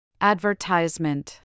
Advertisement